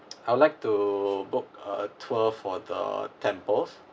I'd like to book a tour for the temples